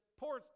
poor